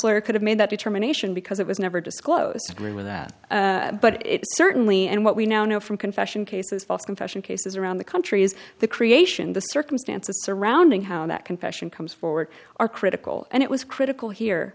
lawyer could have made that determination because it was never disclosed agree with that but it certainly and what we now know from confession cases false confession cases around the country is the creation the circumstances surrounding how that confession comes forward are critical and it was critical here